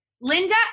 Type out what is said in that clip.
Linda